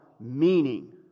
meaning